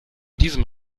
diesem